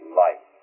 life